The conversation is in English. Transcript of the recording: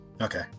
Okay